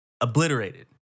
Obliterated